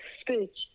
speech